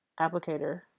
applicator